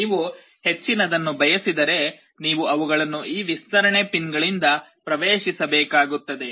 ನೀವು ಹೆಚ್ಚಿನದನ್ನು ಬಯಸಿದರೆ ನೀವು ಅವುಗಳನ್ನು ಈ ವಿಸ್ತರಣೆ ಪಿನ್ಗಳಿಂದ ಪ್ರವೇಶಿಸಬೇಕಾಗುತ್ತದೆ